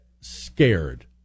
scared